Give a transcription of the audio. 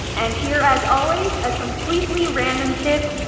and here, as always, a completely random tip,